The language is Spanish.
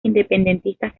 independentistas